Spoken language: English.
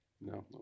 No